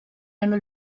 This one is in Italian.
hanno